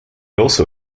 also